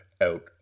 Out